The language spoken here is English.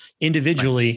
individually